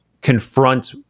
confront